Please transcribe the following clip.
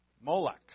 Moloch